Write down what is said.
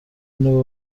اینو